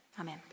Amen